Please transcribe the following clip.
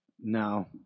No